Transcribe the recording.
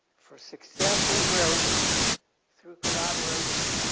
for success and growth through collaboration.